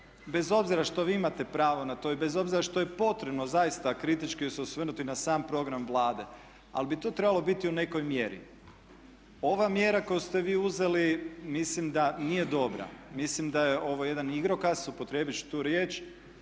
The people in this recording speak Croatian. bez obzira što vi imate pravo na to i bez obzira što je potrebno zaista kritički se osvrnuti na sam program Vlade, ali bi to trebalo biti u nekoj mjeri. Ova mjera koju ste vi uzeli mislim da nije dobra, mislim da je ovo jedan igrokaz, upotrijebiti ću tu riječ,